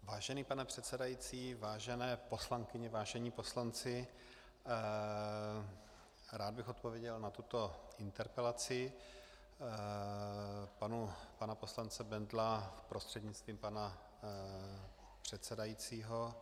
Vážený pane předsedající, vážené poslankyně, vážení poslanci, rád bych odpověděl na tuto interpelaci pana poslance Bendla prostřednictvím pana předsedajícího.